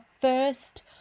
first